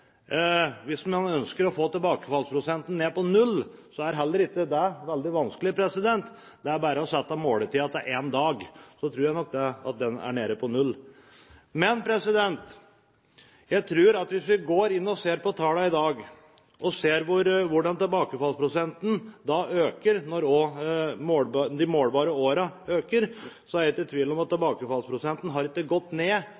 Hvis man ønsker å få tilbakefallsprosenten ned på null, er heller ikke det veldig vanskelig. Det er bare å sette måletiden til én dag, og da tror jeg nok den er nede på null. Men jeg tror at hvis vi går inn og ser på tallene i dag, og ser på hvordan tilbakefallsprosenten øker når de målbare årene øker, er jeg ikke i tvil om at tilbakefallsprosenten ikke har gått ned